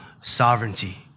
sovereignty